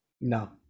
No